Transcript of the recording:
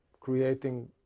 creating